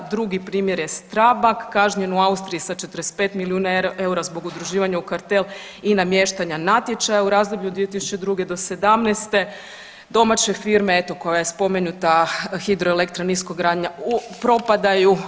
Drugi primjer je Strabag kažnjen u Austriji sa 45 milijuna eura zbog udruživanja u kartel i namještanja natječaja u razdoblju 2002. do '17., domaće firme eto koja je spomenuta Hidroelektra, Niskogradnja propadaju.